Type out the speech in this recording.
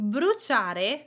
Bruciare